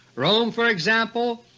rome, for example,